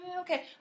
okay